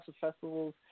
festivals